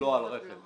בלו על דלק.